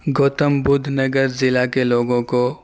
گوتم بدھ نگر ضلع کے لوگوں کو